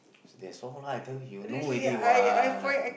that's why lah I tell you he know already what